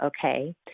okay